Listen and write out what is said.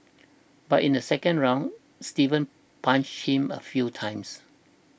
but in the second round Steven punched him a few times